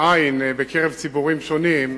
בקרב ציבורים שונים,